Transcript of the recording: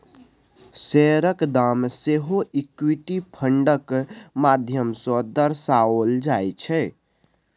शेयरक दाम सेहो इक्विटी फंडक माध्यम सँ दर्शाओल जाइत छै